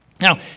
Now